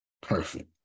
Perfect